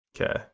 Okay